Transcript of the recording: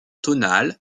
tonale